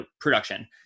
production